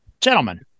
Gentlemen